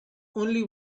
only